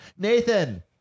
Nathan